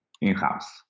in-house